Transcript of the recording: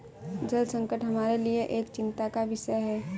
जल संकट हमारे लिए एक चिंता का विषय है